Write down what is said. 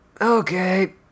Okay